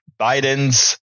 Biden's